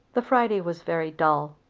the friday was very dull.